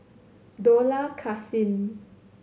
Dollah Kassim